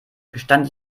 gestand